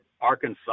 Arkansas